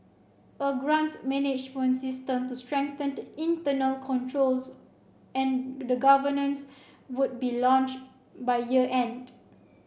a grant management system to strengthen internal controls and the governance would be launched by year end